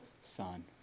Son